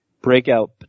breakout